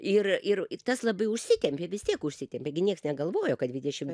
ir ir ir tas labai užsitempė vis tiek užsitempė gi nieks negalvojo kad dvidešimt